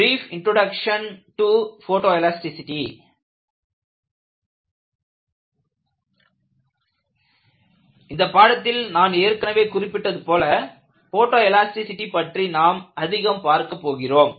brief introduction to photo elasticity இந்த பாடத்தில் நான் ஏற்கனவே குறிப்பிட்டது போல போட்டோ எலாஸ்டிசிடி பற்றி நாம் அதிகம் பார்க்கப் போகிறோம்